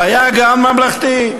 היה גן ממלכתי,